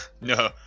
no